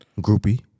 Groupie